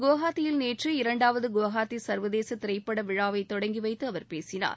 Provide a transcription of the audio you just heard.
குவஹாத்தியில் நேற்று இரண்டாவது குவஹாத்தி சர்வதேச திரைப்பட விழாவை தொடங்கி வைத்து அவர் பேசினார்